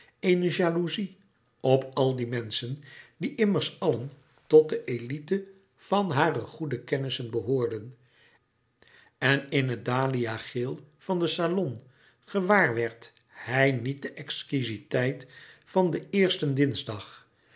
eene jaloezie op al die menschen die immers allen tot de élite van hare goede kennissen behoorden en in het dahliageel van den salon gewaarwerd hij niet de exquiziteit van den eersten dinsdag